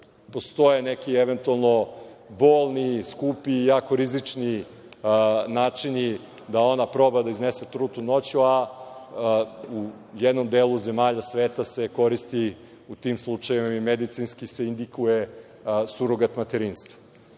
postoje eventualno neki bolni, skupi i jako rizični da ona proba da iznese tu trudnoću. A, u jednom delu zemalja sveta se koristi u tim slučajevima i medicinski se indikuje surogat materinstvo.